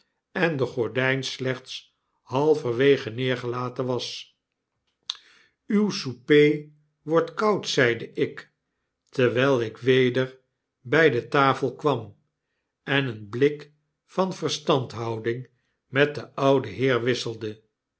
verdieping verlicht endegordijn slechts halverwege neergelaten was uw souper wordt koud zeide ik terwijl ik weder by de tafel kwara en een blik van verstandhouding met den ouden heer wisselde